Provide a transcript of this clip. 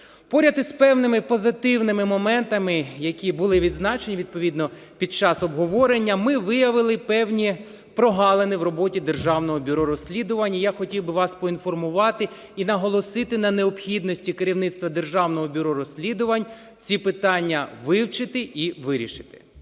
Поряд із певними позитивними моментами, які були відзначені відповідно під час обговорення, ми виявили певні прогалини в роботі Державного бюро розслідувань. І я хотів би вас поінформувати і наголосити на необхідності керівництва Державного бюро розслідувань ці питання вивчити і вирішити.